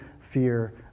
fear